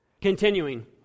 Continuing